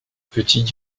petits